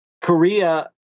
Korea